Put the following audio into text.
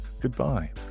goodbye